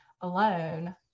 alone